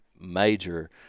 major